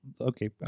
okay